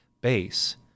base